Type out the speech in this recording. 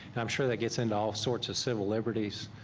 and i'm sure that gets into all sorts of civil liberties,